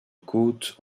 côtes